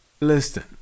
Listen